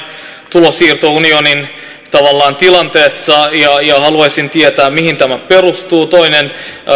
tulonsiirtounionin tilanteessa ja haluaisin tietää mihin tämä perustuu toinen